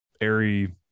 airy